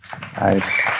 Nice